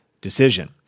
decision